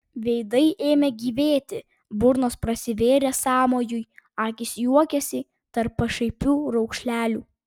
veidai ėmė gyvėti burnos prasivėrė sąmojui akys juokėsi tarp pašaipių raukšlelių